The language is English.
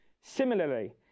Similarly